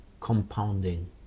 compounding